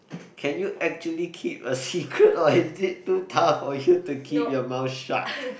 can you actually keep a secret or is it too tough for you to keep your mouth shut